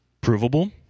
Provable